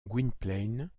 gwynplaine